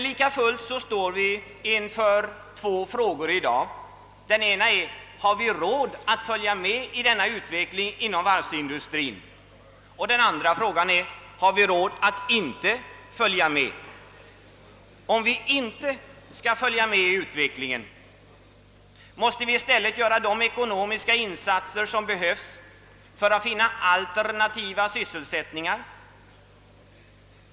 Lika fullt står vi i dag inför två frågor. Den ena är: Har vi råd att följa med i denna utveckling inom varvsindustrin? Den andra frågan är: Har vi råd att inte följa med? Om vi inte skall följa med i utvecklingen, måste vi i stället göra de ekonomiska insatser som behövs för att finna alternativa -: sysselsättningar.